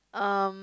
um